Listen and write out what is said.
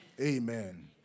Amen